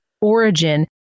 origin